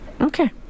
Okay